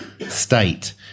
state